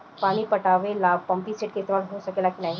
पानी पटावे ल पामपी सेट के ईसतमाल हो सकेला कि ना?